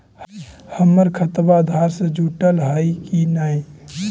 हमर खतबा अधार से जुटल हई कि न?